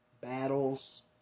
battles